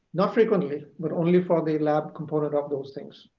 not frequently, but only for the lab component of those things.